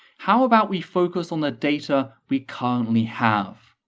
how about we focus on the data we currently have?